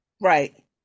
Right